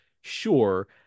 sure